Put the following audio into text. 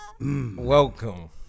Welcome